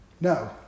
No